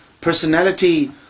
personality